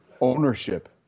ownership